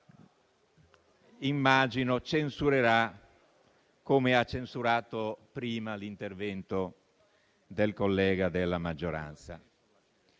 immagino censurerà, come ha censurato prima l'intervento del collega della maggioranza.